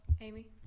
Amy